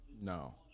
no